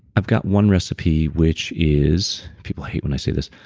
i've got one recipe which is people hate when i say this.